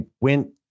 went